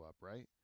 right